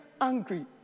angry